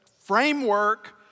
framework